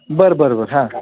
बरं बरं बरं हां